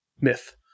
myth